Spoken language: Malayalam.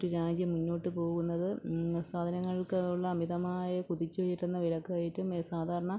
ഒരു രാജ്യം മുന്നോട്ടു പോകുന്നത് സാധനങ്ങൾക്കുള്ള അമിതമായി കുതിച്ചുയരുന്ന വിലക്കയറ്റം സാധാരണ